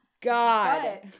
God